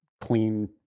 clean